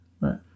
Right